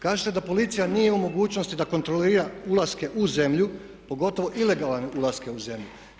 Kažete da policija nije u mogućnosti da kontrolira ulaske u zemlju, pogotovo ilegalne ulaske u zemlju.